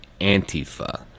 Antifa